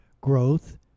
growth